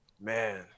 Man